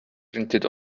printed